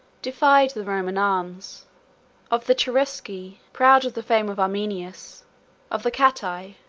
defied the roman arms of the cherusci, proud of the fame of arminius of the catti,